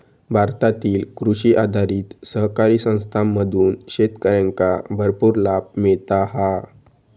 भारतातील कृषी आधारित सहकारी संस्थांमधून शेतकऱ्यांका भरपूर लाभ मिळता हा